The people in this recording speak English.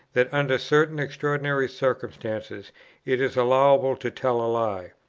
that under certain extraordinary circumstances it is allowable to tell a lie.